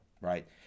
right